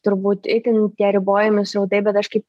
turbūt itin tie ribojami srautai bet aš kaip